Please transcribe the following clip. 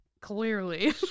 Clearly